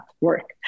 work